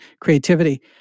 creativity